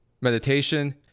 meditation